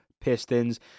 Pistons